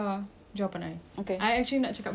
cause bali eh bali balling okay